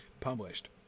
published